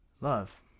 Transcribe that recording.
love